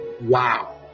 Wow